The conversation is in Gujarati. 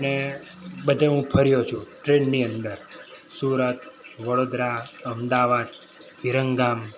ને બધું હું ફર્યો છું ટ્રેનની અંદર સુરત વડોદરા અમદાવાદ વિરમગામ